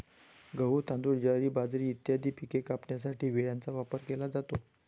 गहू, तांदूळ, ज्वारी, बाजरी इत्यादी पिके कापण्यासाठी विळ्याचा वापर केला जातो